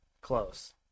close